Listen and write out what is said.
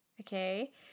okay